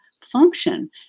function